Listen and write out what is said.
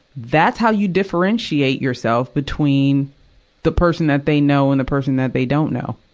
that's how you differentiate yourself between the person that they know and the person that they don't know,